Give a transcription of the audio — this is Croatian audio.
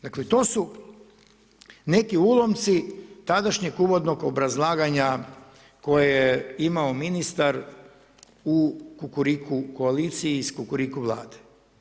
Dakle, to su neki ulomci tadašnjeg uvodnog obrazlaganja koje je imao ministar u Kukuriku koalicije u Kukuriku Vlade.